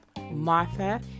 Martha